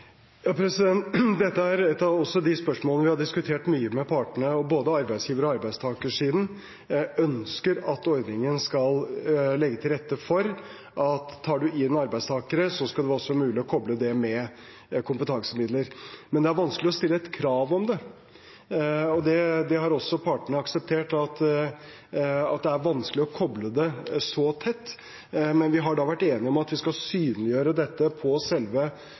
Dette er også et av de spørsmålene vi har diskutert mye med partene. Både arbeidsgiver- og arbeidstakersiden ønsker at ordningen skal legge til rette for at tar man inn arbeidstakere, skal det også være mulig å koble det med kompetansemidler. Men det er vanskelig å stille et krav om det. Det har også partene akseptert, at det er vanskelig å koble det så tett. Men vi har vært enige om at vi skal synliggjøre dette på selve